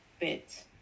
bit